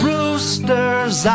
Roosters